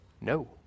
No